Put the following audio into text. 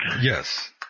Yes